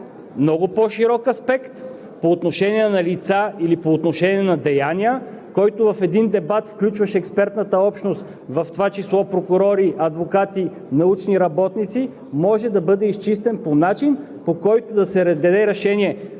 много по-широк аспект по отношение на лица или по отношение на деяния, който в един дебат включваше експертната общност, в това число прокурори, адвокати, научни работници. Може да бъде изчистен по начин, по който да се даде решение